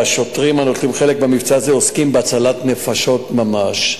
והשוטרים הנוטלים חלק במבצע הזה עוסקים בהצלת נפשות ממש.